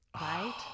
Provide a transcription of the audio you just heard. right